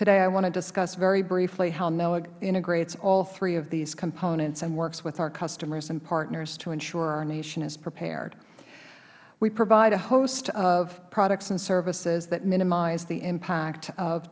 today i want to discuss very briefly how noaa integrates all three of these components and works with our customers and partners to ensure our nation is prepared we provide a host of products and services that minimize the impact of